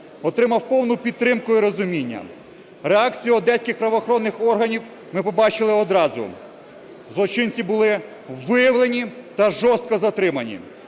Отримав повну підтримку і розуміння. Реакцію одеських правоохоронних органів ми побачили одразу6 злочинці були виявлені та жорстко затримані.